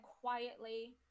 quietly